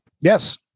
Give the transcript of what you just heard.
Yes